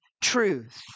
truth